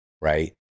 right